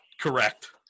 Correct